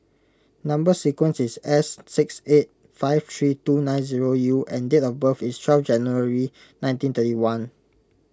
Number Sequence is S six eight five three two nine zero U and date of birth is twelve January nineteen thirty one